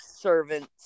servants